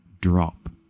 drop